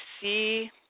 see